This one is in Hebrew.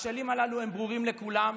הכשלים הללו הם ברורים לכולם,